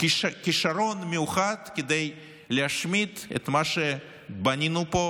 כישרון מיוחד כדי להשמיד את מה שבנינו פה,